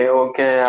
okay